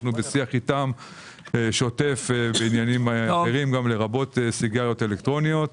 שאנחנו בשיח איתם שוטף בעניינים רבים לרבות סיגריות אלקטרוניות,